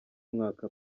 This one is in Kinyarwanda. umwaka